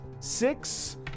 six